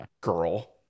girl